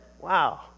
Wow